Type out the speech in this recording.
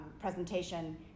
presentation